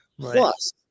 Plus